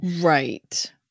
right